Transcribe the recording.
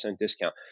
discount